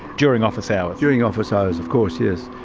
during office hours? during office hours, of course yes.